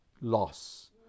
loss